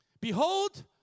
Behold